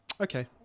okay